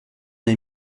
est